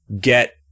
get